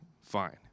fine